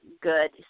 good